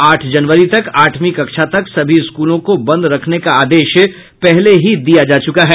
आठ जनवरी तक आठवीं कक्षा तक सभी स्कूलों को बंद रखने का आदेश पहले ही दिया जा चुका है